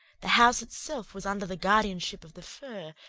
the house itself was under the guardianship of the fir,